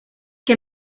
que